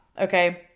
Okay